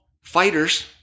fighters